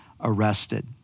arrested